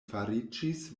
fariĝis